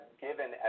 given